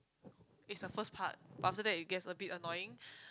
it's the first part but after that it gets a bit annoying